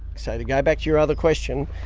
so to go back to your other question,